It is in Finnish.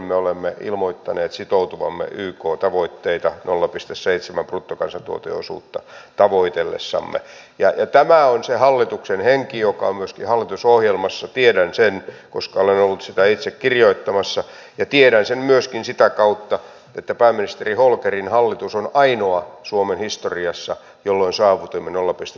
eli näen että tässä kyllä hallituksen politiikka on monessa suhteessa ristiriitaista ja toivoisin että nämä koulutusleikkaukset ja säästöt nähtäisiin myös tämän energia ja ilmastopolitiikan näkökulmasta siten että olisi rohkeutta tässä vaikeassa taloustilanteessakin panostaa nimenomaan koulutukseen tutkimukseen innovaatiotoimintaan koska tätä me tarvitsemme jotta me voimme sitten konkreettisesti näitä pariisin ilmastosopimuksenkin edellyttämiä tavoitteita toteuttaa